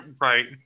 Right